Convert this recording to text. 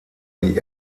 die